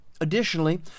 Additionally